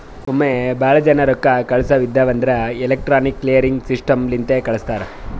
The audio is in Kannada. ಒಮ್ಮೆ ಭಾಳ ಜನಾ ರೊಕ್ಕಾ ಕಳ್ಸವ್ ಇದ್ಧಿವ್ ಅಂದುರ್ ಎಲೆಕ್ಟ್ರಾನಿಕ್ ಕ್ಲಿಯರಿಂಗ್ ಸಿಸ್ಟಮ್ ಲಿಂತೆ ಕಳುಸ್ತಾರ್